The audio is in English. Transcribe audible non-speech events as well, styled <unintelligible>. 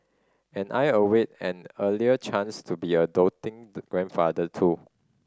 and I await an earlier chance to be a doting <unintelligible> grandfather too